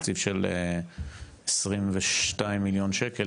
תקציב של 22 מיליון שקל,